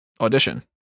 audition